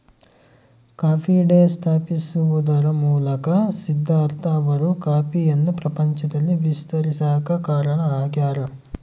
coffee Day ಸ್ಥಾಪಿಸುವದರ ಮೂಲಕ ಸಿದ್ದಾರ್ಥ ಅವರು ಕಾಫಿಯನ್ನು ಪ್ರಪಂಚದಲ್ಲಿ ವಿಸ್ತರಿಸಾಕ ಕಾರಣ ಆಗ್ಯಾರ